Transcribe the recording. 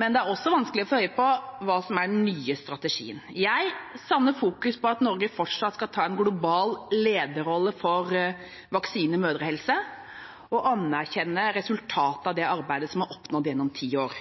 Men det er også vanskelig å få øye på hva som er den nye strategien. Jeg savner fokus på at Norge fortsatt skal ta en global lederrolle for vaksiner/mødrehelse og anerkjenne resultatet av det arbeidet som er oppnådd gjennom tiår.